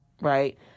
right